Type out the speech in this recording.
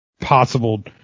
possible